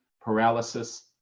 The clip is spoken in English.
paralysis